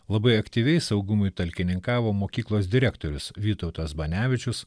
labai aktyviai saugumui talkininkavo mokyklos direktorius vytautas banevičius